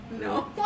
No